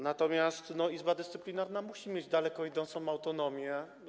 Natomiast Izba Dyscyplinarna musi mieć daleko idącą autonomię.